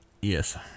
Yes